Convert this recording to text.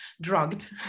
drugged